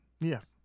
Yes